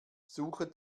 suche